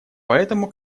поэтому